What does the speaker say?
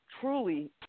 truly